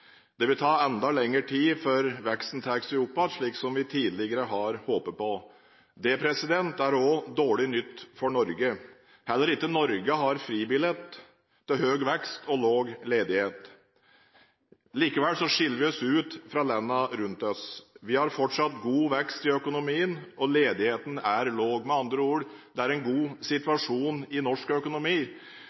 Det vil ta enda lengre tid før veksten tar seg opp igjen, slik som vi tidligere har håpet på. Det er også dårlig nytt for Norge. Heller ikke Norge har fribillett til høy vekst og lav ledighet. Likevel skiller vi oss ut fra landene rundt oss. Vi har fortsatt god vekst i økonomien, og ledigheten er lav. Med andre ord: Det er en god situasjon i norsk økonomi.